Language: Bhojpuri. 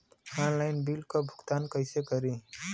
ऑनलाइन बिल क भुगतान कईसे करी?